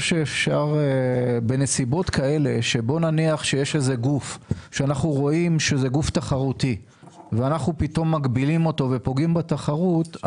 בנסיבות שבהן יש גוף תחרותי ואנחנו מגבילים אותו ופוגעים בתחרות,